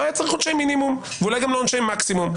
לא היה צריך עונשי מינימום ואולי גם לא עונשי מקסימום.